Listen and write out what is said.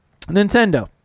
nintendo